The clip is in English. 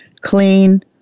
Clean